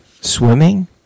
swimming